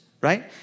right